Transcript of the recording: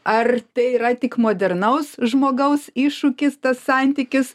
ar tai yra tik modernaus žmogaus iššūkis tas santykis